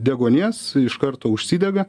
deguonies iš karto užsidega